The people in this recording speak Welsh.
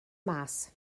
mas